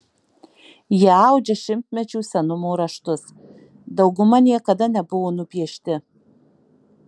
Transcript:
jie audžia šimtmečių senumo raštus dauguma niekada nebuvo nupiešti